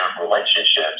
relationships